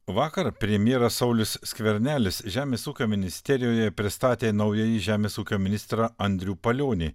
vakar premjeras saulius skvernelis žemės ūkio ministerijoje pristatė naująjį žemės ūkio ministrą andrių palionį